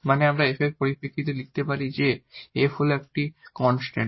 মানে আমরা f এর পরিপ্রেক্ষিতে লিখতে পারি যে f হল একটি ধ্রুবক